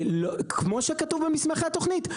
כמו שכתוב במסמכי התוכנית,